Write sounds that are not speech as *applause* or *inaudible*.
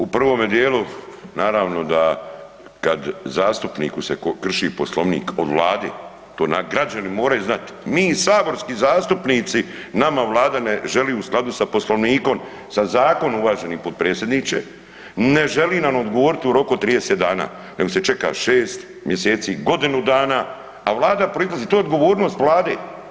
U prvome djelu naravno da kad zastupniku se krši Poslovnik od Vlade, to nam građani moraju znat, mi saborski zastupnici, nama Vlade ne želi u skladu sa Poslovnikom, sa zakonom, uvaženi potpredsjedniče, ne želi nam odgovoriti u roku od 30 dana nego se čeka 6 mj., godinu dana a Vlada ... *unintelligible* to je odgovornost Vlade.